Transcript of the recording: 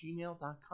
gmail.com